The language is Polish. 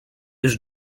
już